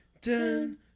Dun